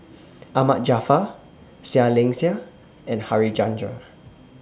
Ahmad Jaafar Seah Liang Seah and Harichandra